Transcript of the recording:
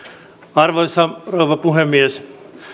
arvoisa rouva puhemies